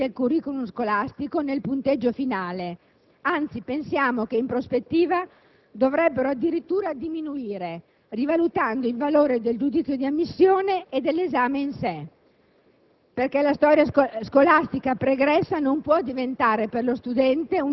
e perdente in prospettiva aumentare il peso dei crediti formativi del *curriculum* scolastico nel punteggio finale dell'esame; anzi, pensiamo che in prospettiva dovrebbero addirittura diminuire, rivalutando il valore del giudizio di ammissione e dell'esame in sé.